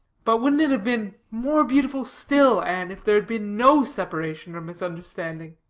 but wouldn't it have been more beautiful still, anne, if there had been no separation or misunderstanding.